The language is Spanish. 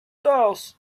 dos